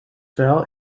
fell